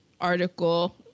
article